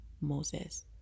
Moses